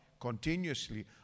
continuously